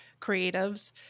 creatives